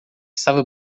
estava